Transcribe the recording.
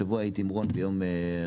השבוע הייתי עם רון, ביום ראשון,